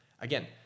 Again